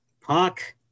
Puck